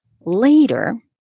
Later